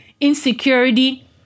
insecurity